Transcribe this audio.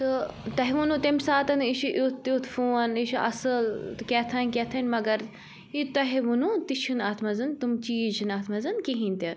تہٕ تۄہہِ ووٚنوٕ تَمہِ ساتہٕ یہِ چھُ یُتھ تٮُ۪تھ فون یہِ چھُ اَصٕل کیٛاہتانۍ کیٛاہتانۍ مگر یہِ تۄہہِ ووٚنوٕ تہِ چھُ نہٕ اَتھ منٛز تِم چیٖز چھِ نہٕ اَتھ منٛز کِہیٖنٛۍ تہِ